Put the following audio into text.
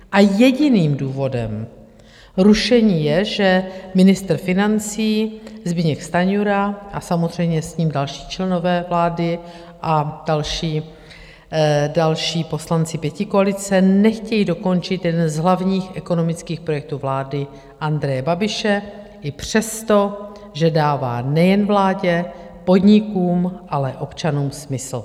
A jediným důvodem rušení je, že ministr financí Zbyněk Stanjura a samozřejmě s ním další členové vlády a další poslanci pětikoalice nechtějí dokončit jeden z hlavních ekonomických projektů vlády Andreje Babiše i přesto, že dává nejen vládě, podnikům, ale i občanům smysl.